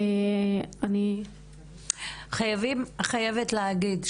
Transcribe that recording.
אני חייבת להגיד,